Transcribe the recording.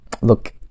Look